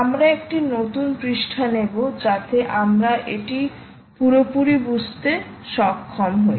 আমরা একটি নতুন পৃষ্ঠা নেব যাতে আমরা এটি পুরোপুরি বুঝতে সক্ষম হই